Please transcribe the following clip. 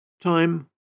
Time